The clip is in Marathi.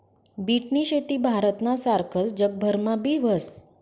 बीटनी शेती भारतना सारखस जगभरमा बी व्हस